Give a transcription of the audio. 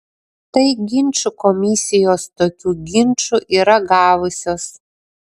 tai ginčų komisijos tokių ginčų yra gavusios